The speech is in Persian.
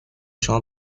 شما